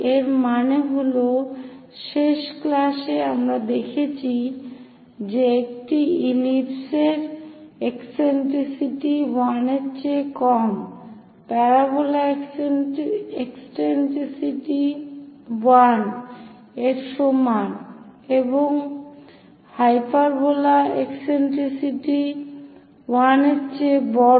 এর মানে হল শেষ ক্লাসে আমরা দেখেছি যে একটি ইলিপস এর ইকসেন্ট্রিসিটি 1 এর চেয়ে কম প্যারাবোলা ইকসেন্ট্রিসিটি 1 এর সমান এবং হাইপারবোলার ইকসেন্ট্রিসিটি 1 এর চেয়ে বড়